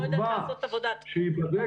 לא יודעת לעשות עבודת מטה.